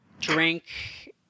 drink